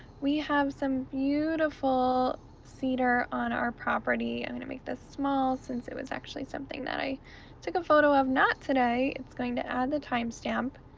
we have some beautiful cedar on our property, i'm gonna make this small since it was actually something that i took a photo of not today, it's going to add the timestamp.